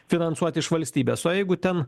finansuoti iš valstybės o jeigu ten